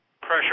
pressure